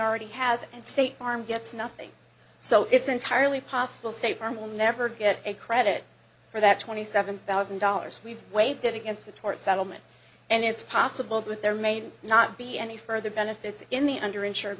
already has and state farm gets nothing so it's entirely possible state farm will never get a credit for that twenty seven thousand dollars we waived it against the tort settlement and it's possible that there may not be any further benefits in the under insured